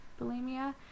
bulimia